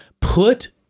put